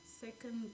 second